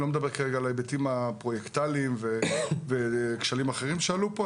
אני לא מדבר כרגע על ההיבטים הפרויקטליים וכשלים אחרים שעלו פה,